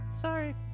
Sorry